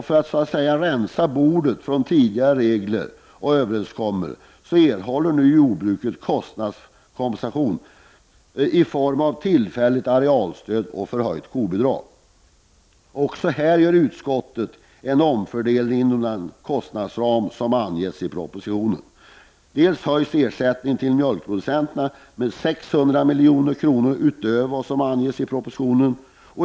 För att så att säga rensa bordet från tidigare regler och överenskommelser erhåller nu jordbrukarna en kostnadskompensation i form av ett tillfälligt arealstöd och ett förhöjt kobidrag. Också här gör utskottet en omfördelning inom den kostnadsram som anges i propositionen. Ersättningen till mjölkproducenterna höjs med 600 milj.kr. utöver vad som anges i propositionen.